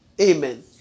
Amen